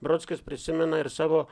brodskis prisimena ir savo